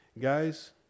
guys